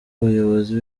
abayobozi